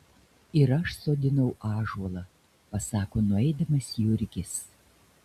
ir aš sodinau ąžuolą pasako nueidamas jurgis